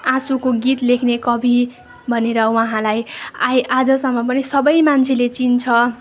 आँसुको गीत लेख्ने कवि भनेर उहाँलाई आइ आजसम्म पनि सबै मान्छेले चिन्छ